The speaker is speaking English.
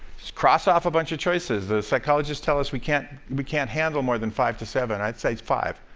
just cross off a bunch of choices. psychologists tells us we can't we can't handle more than five to seven. i'd say it's five.